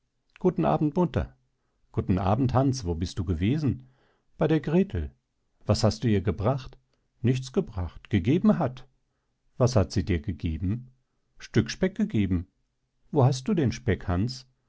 guten abend mutter guten abend hans wo bist du gewesen bei der grethel was hast du ihr gebracht nichts gebracht gegeben hat was hat sie dir gegeben stück speck gegeben wo hast du den speck hans